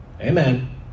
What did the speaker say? Amen